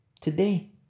today